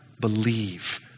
believe